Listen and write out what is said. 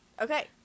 Okay